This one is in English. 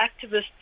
activists